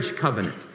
covenant